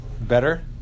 better